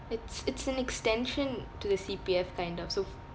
it's it's an extension to the C_P_F kind of so